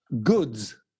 goods